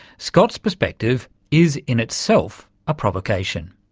scott's perspective is, in itself, a provocation.